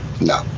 No